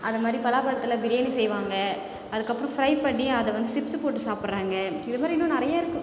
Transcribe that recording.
அதை மாதிரி பலாப்பழத்தில் பிரியாணி செய்வாங்க அதுக்கப்புறம் ஃப்ரை பண்ணி அத வந்து சிப்ஸ் போட்டு சாப்புடறாங்க இது மாதிரி இன்னும் நிறைய இருக்குது